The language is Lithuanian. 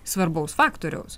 svarbaus faktoriaus